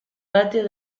patio